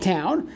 Town